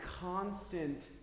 constant